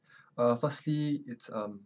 uh firstly it's uh